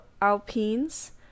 alpines